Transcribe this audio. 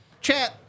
chat